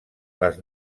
les